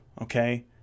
okay